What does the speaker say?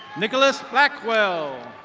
nicholas blackwell.